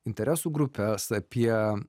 interesų grupes apie